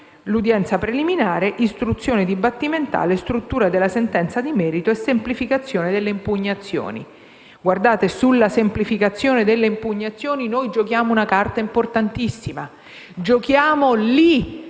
udienza preliminare, istruzione dibattimentale, struttura della sentenza di merito e semplificazione delle impugnazioni. Per quanto riguarda la semplificazione delle impugnazioni, noi giochiamo una carta importantissima: ci giochiamo,